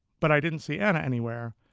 but i didn't see anna anywhere